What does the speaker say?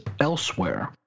elsewhere